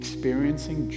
Experiencing